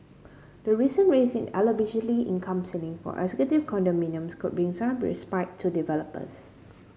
the recent raise in eligibility income ceiling for executive condominiums could bring some respite to developers